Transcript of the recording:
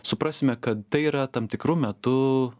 suprasime kad tai yra tam tikru metu